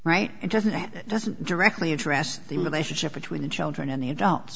right it doesn't it doesn't directly address the relationship between the children and the adult